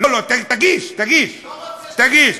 לא, לא, תגיש, תגיש.